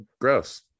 gross